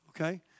Okay